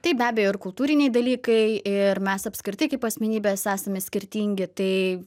taip be abejo ir kultūriniai dalykai ir mes apskritai kaip asmenybės esame skirtingi tai